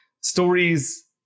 stories